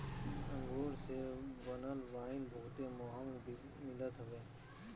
अंगूर से बनल वाइन बहुते महंग मिलत हवे